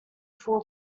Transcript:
full